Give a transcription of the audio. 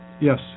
Yes